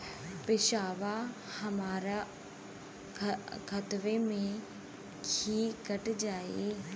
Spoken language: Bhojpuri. पेसावा हमरा खतवे से ही कट जाई?